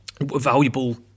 valuable